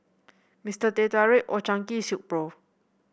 Mister Teh Tarik Old Chang Kee Silkpro